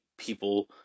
People